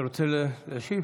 אתה רוצה להשיב?